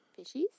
Fishies